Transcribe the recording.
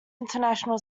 international